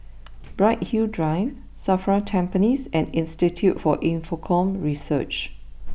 Bright Hill Drive Safra Tampines and Institute for Infocomm Research